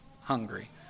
hungry